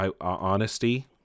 honesty